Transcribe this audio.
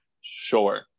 Sure